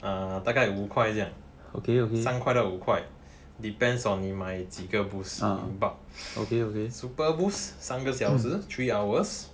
err 大概五块这样三块到五块 depends on 你买几个 boost but superboost 三个小时 three hours